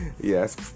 Yes